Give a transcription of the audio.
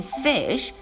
fish